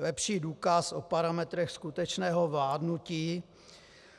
Lepší důkaz o parametrech skutečného vládnutí